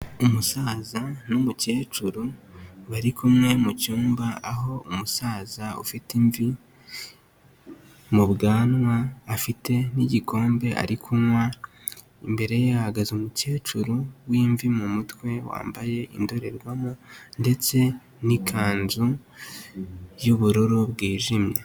Umusaza n'umukecuru bari kumwe mu cyumba, aho umusaza ufite imvi mu bwanwa afite n'igikombe ari kunywa, imbere ye hahagaze umukecuru w'imvi mu mutwe wambaye indorerwamo ndetse n'ikanzu y'ubururu bwijimye.